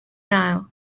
gael